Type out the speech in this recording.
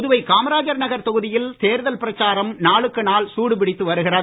புதுவை காமராஜர் நகர் தொகுதியில் தேர்தல் பிரச்சாரம் நாளுக்கு நாள் சூடுபிடித்து வருகிறது